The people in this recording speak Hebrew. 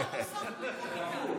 שר נוסף.